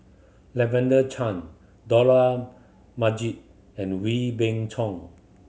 Lavender Chang Dollah Majid and Wee Beng Chong